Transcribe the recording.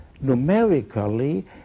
numerically